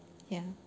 ya